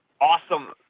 awesome